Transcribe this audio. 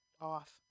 off